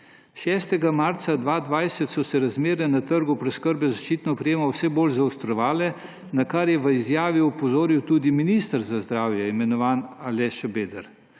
»6. marca 2020 so se razmere na trgu preskrbe z zaščitno opremo vse bolj zaostrovale, na kar je v izjavi opozoril tudi minister za zdravje, imenovan Aleš Šabeder.